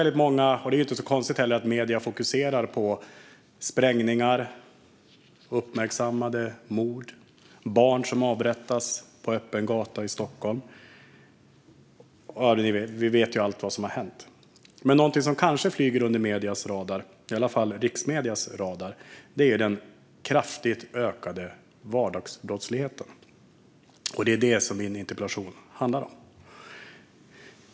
Det är inte så konstigt att medierna fokuserar på sprängningar, uppmärksammade mord, barn som avrättas på öppen gata i Stockholm - ja, vi vet ju allt som hänt. Men någonting som kanske flyger under mediernas radar, i alla fall riksmediernas, är den kraftigt ökade vardagsbrottsligheten. Det är den min interpellation handlar om.